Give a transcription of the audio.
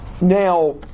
now